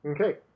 Okay